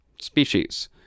species